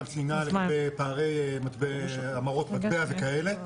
פערי המרות מטבע וכאלה בסדר?